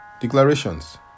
Declarations